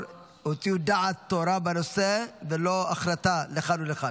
הוציאו דעת תורה בנושא ולא החלטה לכאן או לכאן.